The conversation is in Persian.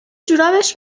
جورابش